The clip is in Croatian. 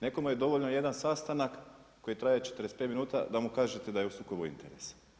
Nekome je dovoljno jedan sastanak koji traje 45 minuta da mu kažete da je u sukobu interesa.